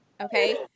Okay